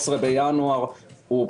17 בינואר לא